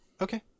Okay